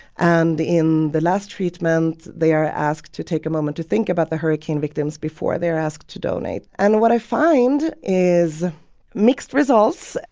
and in the last treatment, they are asked to take a moment to think about the hurricane victims before they are asked to donate and what i find is mixed results.